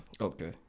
Okay